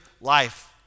life